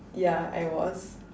ya I was